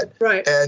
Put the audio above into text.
Right